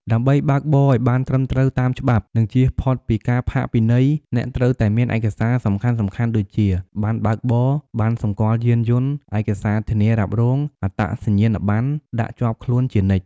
ដើម្បីបើកបរអោយបានត្រឹមត្រូវតាមច្បាប់ និងជៀសផុតពីការផាកពិន័យ អ្នកត្រូវតែមានឯកសារសំខាន់ៗដូចជា ប័ណ្ណបើកបរ ប័ណ្ណសម្គាល់យានយន្ត ឯកសារធានារ៉ាប់រង អត្តសញ្ញាណប័ណ្ណ ដាក់ជាប់ខ្លួនជានិច្ច។